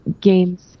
games